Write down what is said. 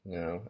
no